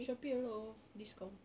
Shopee a lot of discount